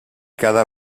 cada